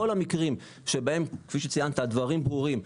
כל המקרים שבהם כפי שציינת הדברים ברורים,